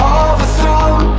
overthrown